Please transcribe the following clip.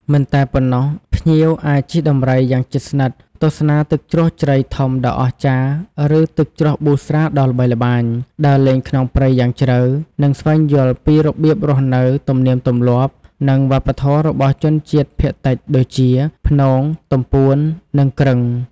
មិនតែប៉ុណ្ណោះ ភ្ញៀវអាចជិះដំរីយ៉ាងជិតស្និទ្ធ ទស្សនាទឹកជ្រោះជ្រៃធំដ៏អស្ចារ្យ ឬទឹកជ្រោះប៊ូស្រាដ៏ល្បីល្បាញ ដើរលេងក្នុងព្រៃយ៉ាងជ្រៅ និងស្វែងយល់ពីរបៀបរស់នៅ ទំនៀមទម្លាប់ និងវប្បធម៌របស់ជនជាតិភាគតិចដូចជា ព្នង ទំពួន និងគ្រឹង។